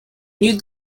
new